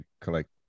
collect